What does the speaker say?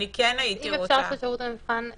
אם אפשר, ששירות המבחן יתייחסו.